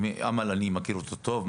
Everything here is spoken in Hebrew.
עאמל אני מכיר אותה טוב.